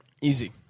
easy